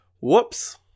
whoops